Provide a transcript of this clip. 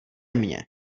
mně